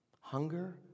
Hunger